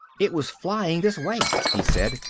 it was flying this way, he said,